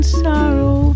sorrow